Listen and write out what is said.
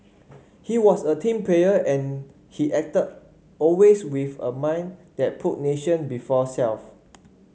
he was a team player and he acted always with a mind that put nation before self